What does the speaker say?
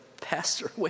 pastor